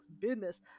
business